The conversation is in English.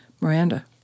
Miranda